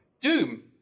Doom